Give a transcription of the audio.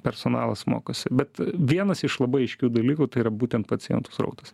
personalas mokosi bet vienas iš labai aiškių dalykų tai yra būtent pacientų srautas